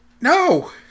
No